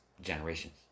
generations